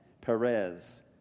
Perez